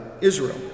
Israel